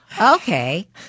Okay